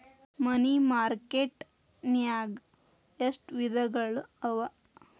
ಮನಿ market ನ್ಯಾಗ್ ಎಷ್ಟವಿಧಗಳು ಅವ?